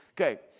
Okay